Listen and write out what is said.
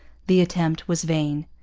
the attempt was vain.